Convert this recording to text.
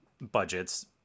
budgets